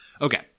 Okay